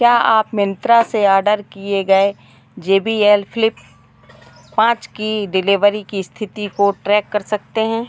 क्या आप मिन्त्रा से ऑर्डर किए गए जे बी एल फ्लिप पाँच की डिलीवरी की इस्थिति को ट्रैक कर सकते हैं